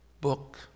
book